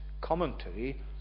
commentary